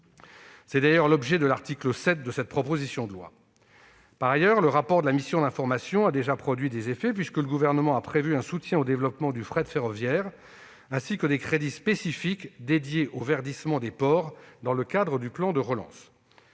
Tel est l'objet de l'article 7 de cette proposition de loi. Par ailleurs, le rapport de la mission d'information a déjà produit des effets, puisque le Gouvernement a prévu un soutien au développement du fret ferroviaire, ainsi que des crédits spécifiques dédiés au verdissement des ports dans le cadre du plan de relance.